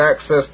access